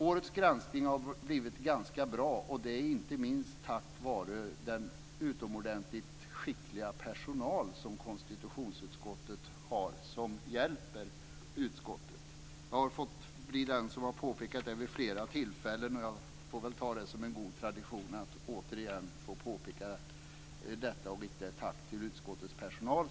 Årets granskning har blivit ganska bra, och det är inte minst tack vare den utomordentligt skickliga personal som konstitutionsutskottet har till hjälp. Jag har blivit den som har fått påpeka detta vid flera tillfällen, och jag får väl ta det som en god tradition att jag återigen får rikta ett tack till utskottets personal.